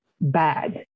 bad